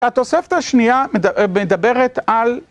התוספת השנייה מדברת על...